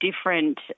different